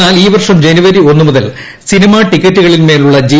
എന്നാൽ ഈ വർഷം ജനുവരി ഒന്ന് മുതൽ സിനിമ ടിക്കറ്റുകളിന്മേലുള്ള ജി